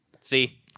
See